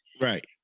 Right